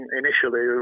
initially